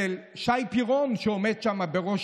של שי פירון, שעומד שם בראש